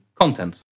content